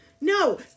No